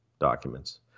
documents